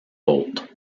bolt